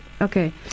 okay